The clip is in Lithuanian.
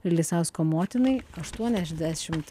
lisausko motinai aštuoniasdešim